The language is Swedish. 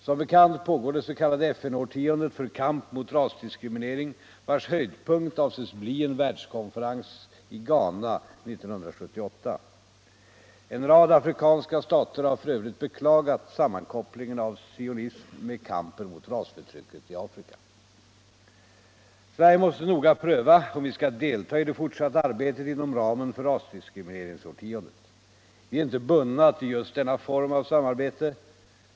Som bekant pågår det s.k. FN-årtiondet för kamp mot rasdiskriminering, vars höjdpunkt avses bli en världskonferens i Ghana 1978. En rad afrikanska stater har f. ö. beklagat sammankopplingen av sionism med kampen mot rasförtrycket i Afrika. Sverige måste noga pröva om vi skall delta i det fortsatta arbetet inom ramen för rasdiskrimineringsårtiondet. Vi är inte bundna till just denna form av samarbete.